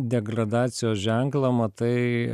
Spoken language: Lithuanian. degradacijos ženklą matai